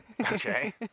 Okay